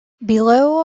below